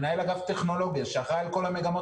מנהל אגף טכנולוגיה שאחראי על כל המגמות